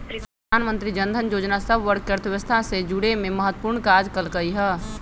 प्रधानमंत्री जनधन जोजना सभ वर्गके अर्थव्यवस्था से जुरेमें महत्वपूर्ण काज कल्कइ ह